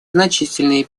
значительные